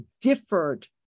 differed